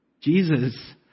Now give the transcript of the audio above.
Jesus